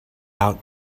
out